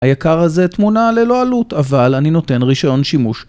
היקר הזה תמונה ללא עלות אבל אני נותן רשיון שימוש.